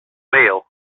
meal